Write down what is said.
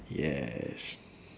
yes